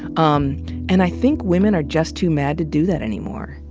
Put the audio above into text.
um and i think women are just too mad to do that anymore.